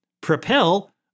propel